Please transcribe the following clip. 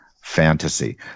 fantasy